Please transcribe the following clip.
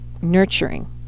nurturing